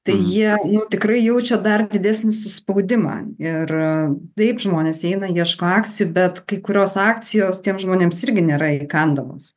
tai jie nu tikrai jaučia dar didesnį suspaudimą ir taip žmonės eina ieško akcijų bet kai kurios akcijos tiems žmonėms irgi nėra įkandamos